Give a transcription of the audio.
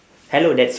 hello that's